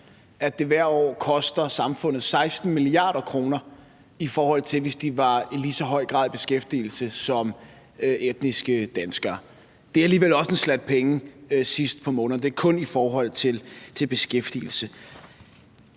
at det hvert år koster samfundet 16 mia. kr., i forhold til hvis de i lige så høj grad var i beskæftigelse som etniske danskere. Det er alligevel også en slat penge sidst på måneden, og det er kun i forhold til beskæftigelse.